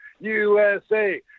USA